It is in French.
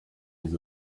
des